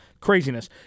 Craziness